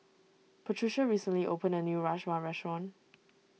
Patricia recently opened a new Rajma restaurant